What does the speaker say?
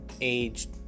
aged